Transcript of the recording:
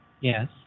Yes